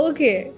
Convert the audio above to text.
Okay